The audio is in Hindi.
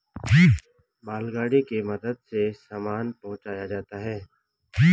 मालगाड़ी के मदद से सामान पहुंचाया जाता है